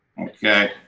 Okay